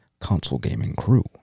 consolegamingcrew